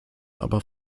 aber